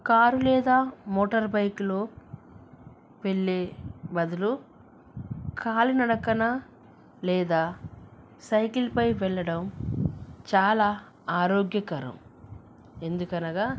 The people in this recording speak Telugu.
కారు లేదా మోటర్ బైక్లో వెళ్ళే బదులు కాలి నడకన లేదా సైకిల్పై వెళ్ళడం చాలా ఆరోగ్యకరం ఎందుకు అనగా